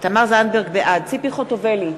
בעד ציפי חוטובלי,